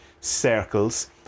circles